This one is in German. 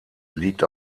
liegt